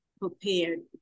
prepared